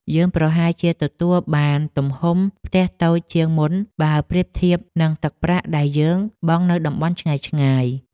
យើងប្រហែលជាទទួលបានទំហំផ្ទះតូចជាងមុនបើប្រៀបធៀបនឹងទឹកប្រាក់ដែលយើងបង់នៅតំបន់ឆ្ងាយៗ។